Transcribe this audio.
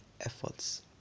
efforts